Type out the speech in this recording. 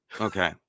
Okay